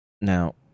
Now